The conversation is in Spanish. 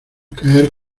caer